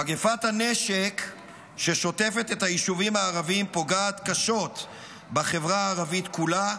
מגפת הנשק ששוטפת את היישובים הערבים פוגעת קשות בחברה הערבית כולה,